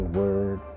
word